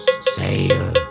sail